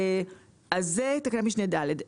זאת תקנת משנה (ד).